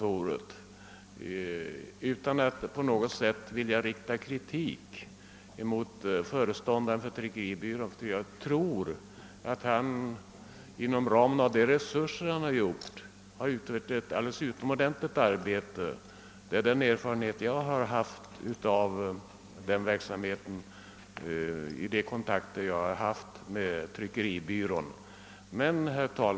Jag vill inte på något sätt rikta kritik mot föreståndaren för tryckeriexpeditionen, ty jag tror att han inom ramen för tillgängliga resurser utfört ett utomordentligt arbete — det är den erfarenhet jag fått av verksamheten vid mina kontakter med tryckeriexpeditionen.